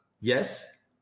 yes